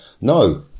no